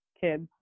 kids